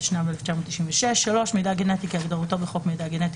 התשנ"ו 1996‏; (3)מידע גנטי כהגדרתו בחוק מידע גנטי,